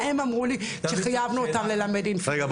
מה הם אמרו לי כשחייבנו אותם ללמד --- רגע,